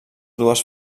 dues